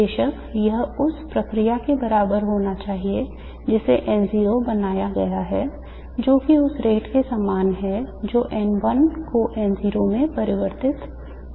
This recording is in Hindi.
बेशक यह उस प्रक्रिया के बराबर होना चाहिए जिसके साथ N0 बनाया गया है जो कि उस rate के समान है जो N1 को N0 में परिवर्तित किया जा रहा है